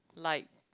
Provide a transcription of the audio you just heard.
like